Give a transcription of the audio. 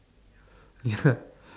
ya